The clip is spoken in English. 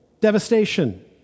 devastation